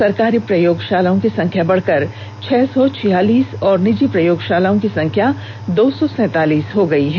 सरकारी प्रयोगशालाओं की संख्या बढकर छह सौ छियालीस और निजी प्रयोगशालाओं की संख्या दो सौ सैतालीस हो गई है